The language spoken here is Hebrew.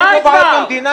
--- לדעת.